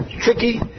tricky